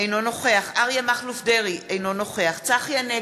אינו נוכח אריה מכלוף דרעי, אינו נוכח צחי הנגבי,